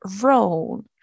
role